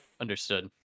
Understood